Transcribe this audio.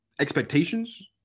Expectations